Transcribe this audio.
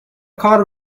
کار